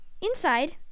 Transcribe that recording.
Inside